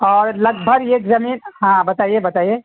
اور لگ بھگ ایک زمین ہاں بتائیے بتائیے